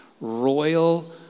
royal